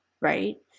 right